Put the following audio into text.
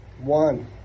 One